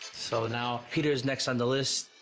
so now peter's next on the list.